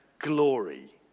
Glory